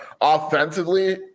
offensively